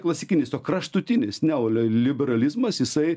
klasikinis to kraštutinis neole liberalizmas jisai